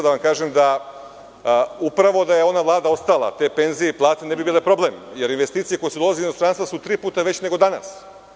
Da vam kažem da upravo da je ona Vlada ostalo te penzije i plate ne bi bile problem, jer investicije koje su dolazile iz inostranstva su tri puta veće nego danas.